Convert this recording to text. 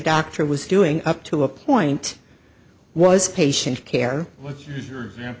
doctor was doing up to a point was patient care